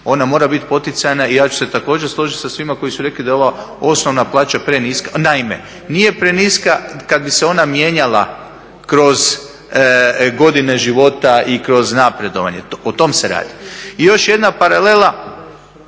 Ona mora bit poticajna i ja ću se također složiti sa svima koji su rekli da je ova osnovna plaća preniska. Naime, nije preniska kad bi se ona mijenjala kroz godine života i kroz napredovanje. O tom se radi. I još jedna paralela.